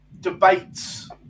debates